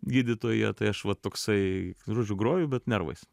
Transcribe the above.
gydytoja tai aš va toksai žodžiu groju bet nervais